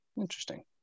Interesting